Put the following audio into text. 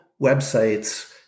websites